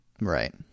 Right